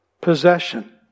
possession